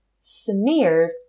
smeared